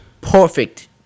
perfect –